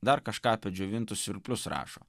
dar kažką apie džiovintus svirplius rašo